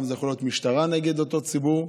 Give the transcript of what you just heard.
זה יכול להיות המשטרה נגד אותו ציבור,